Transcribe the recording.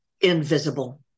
invisible